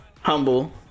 humble